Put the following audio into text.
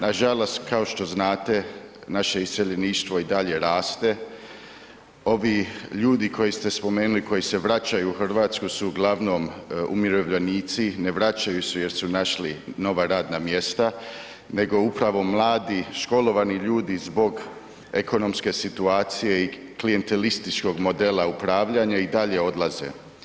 Nažalost kao što znate naše iseljeništvo i dalje raste, ovi ljudi koje ste spomenuli koji se vraćaju u Hrvatsku su uglavnom umirovljenici, ne vraćaju se jer su našli nova radna mjesta nego upravo mladi školovani ljudi zbog ekonomske situacije i klijentelističkog modela upravljanja i dalje odlaze.